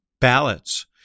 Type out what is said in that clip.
ballots